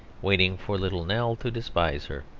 waiting for little nell to despise her.